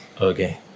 okay